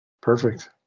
Perfect